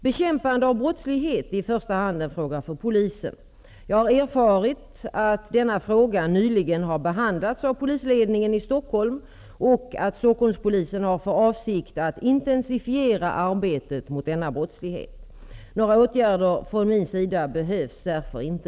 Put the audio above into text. Bekämpande av brottslighet är i första hand en fråga för polisen. Jag har erfarit att denna fråga nyligen har behandlats av polisledningen i Stockholm och att Stockholmspolisen har för avsikt att intensifiera arbetet mot denna brottslighet. Några åtgärder från min sida behövs därför inte.